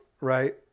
right